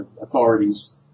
authorities